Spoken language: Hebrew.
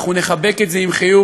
אנחנו נחבק את זה עם חיוך.